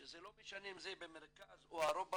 שזה לא משנה אם זה במרכז או הרוב במרכז.